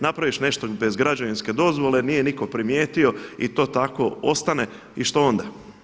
Napraviš nešto bez građevinske dozvole, nije nitko primijetio i to tako ostane i što onda?